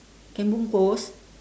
can bungkus